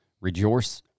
Rejoice